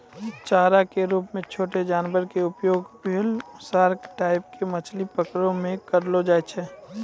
चारा के रूप मॅ छोटो जानवर के उपयोग व्हेल, सार्क टाइप के मछली पकड़ै मॅ करलो जाय छै